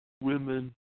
women